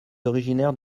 originaire